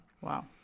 Wow